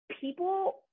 people